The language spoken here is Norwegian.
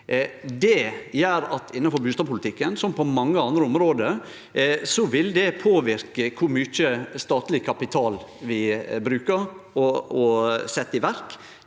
Det gjer at innanfor bustadpolitikken, som på mange andre område, vil det påverke kor mykje statleg kapital vi brukar, og kor mykje